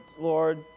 Lord